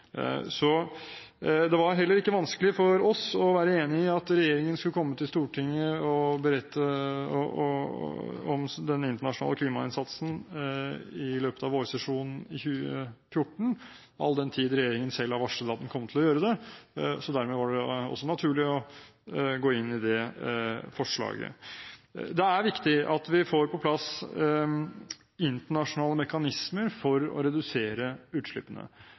så dermed var det også naturlig å gå inn for det forslaget. Det er viktig at vi får på plass internasjonale mekanismer for å redusere utslippene.